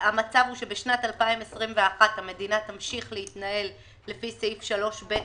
הוא שבשנת 2021 המדינה תמשיך להתנהל לפי סעיף 3ב לחוק-יסוד: